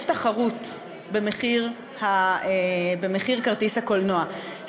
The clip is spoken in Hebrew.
יש תחרות על מחיר כרטיס הקולנוע.